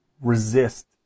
resist